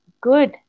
good